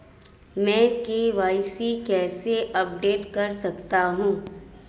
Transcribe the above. मैं के.वाई.सी कैसे अपडेट कर सकता हूं?